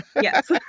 Yes